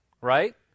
Right